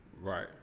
right